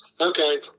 Okay